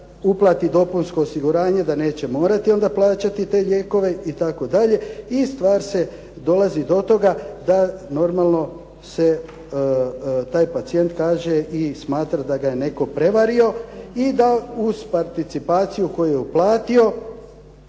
uplati to dopunsko osiguranje da neće morati onda plaćati te lijekove itd. i stvar dolazi do toga da normalno se taj pacijent kaže i smatra da ga je netko prevario i da uz participaciju koju je uplatio